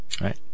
right